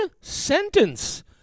sentence